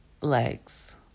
legs